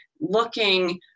looking